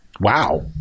Wow